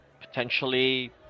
potentially